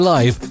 Live